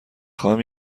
خواهم